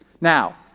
Now